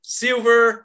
silver